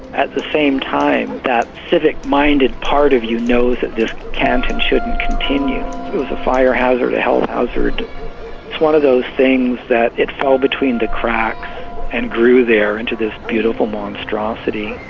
at the same time, that civic minded part of you knows that this can't and shouldn't continue. it was a fire hazard, a health hazard. it's one of those things that, it fell between the cracks and grew there into this beautiful monstrosity